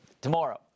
tomorrow